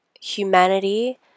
humanity